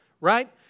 right